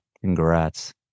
Congrats